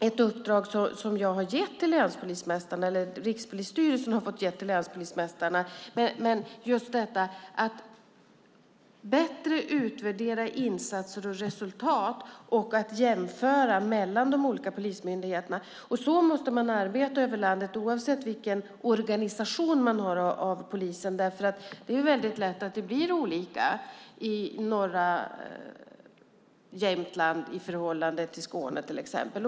Ett uppdrag som Rikspolisstyrelsen har fått ge till länspolismästarna är att bättre utvärdera insatser och resultat och att jämföra mellan de olika polismyndigheterna. Så måste man arbeta över landet oavsett vilken organisation man har av polisen. Det är lätt att det blir olika i norra Jämtland i förhållande till Skåne till exempel.